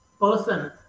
person